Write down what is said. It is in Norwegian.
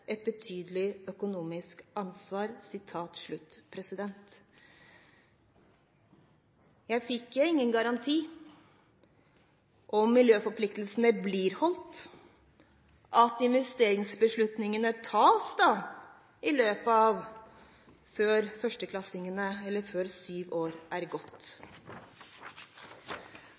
et betydelig økonomisk ansvar.» Jeg fikk ingen garanti om miljøforpliktelsene blir holdt, at investeringsbeslutningene tas før syv år er gått. Videre ble denne spontanspørretimen fulgt opp av